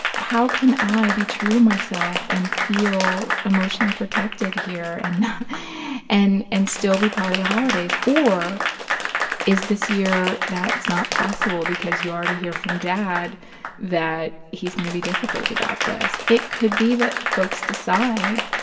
how can i be true to myself and feel emotionally protected here and not and and still be part of the holidays? or is this year that's not possible because you already hear from dad that he's going to be difficult about this? it could be that folks decide,